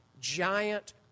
giant